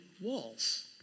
walls